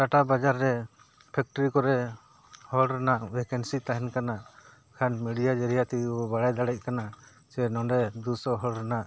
ᱴᱟᱴᱟ ᱵᱟᱡᱟᱨ ᱨᱮ ᱯᱷᱮᱠᱴᱨᱤ ᱠᱚᱨᱮ ᱦᱚᱲ ᱵᱷᱮᱠᱮᱱᱥᱤ ᱛᱟᱦᱮᱱ ᱠᱟᱱᱟ ᱠᱷᱟᱱ ᱢᱤᱰᱤᱭᱟ ᱡᱟᱹᱨᱤᱭᱟ ᱛᱮᱜᱮ ᱵᱚ ᱵᱟᱲᱟᱭ ᱫᱟᱲᱮᱭᱟᱜ ᱠᱟᱱᱟ ᱥᱮ ᱱᱚᱰᱮ ᱫᱩᱥᱚ ᱦᱚᱲ ᱨᱮᱱᱟᱜ